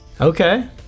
Okay